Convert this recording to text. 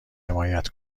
حمایت